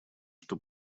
что